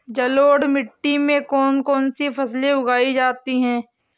जलोढ़ मिट्टी में कौन कौन सी फसलें उगाई जाती हैं?